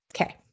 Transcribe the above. Okay